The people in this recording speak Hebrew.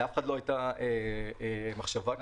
לאף אחד לא הייתה מחשבה כזאת.